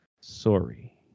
Sorry